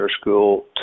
school